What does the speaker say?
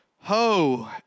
Ho